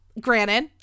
Granted